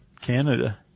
Canada